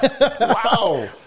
Wow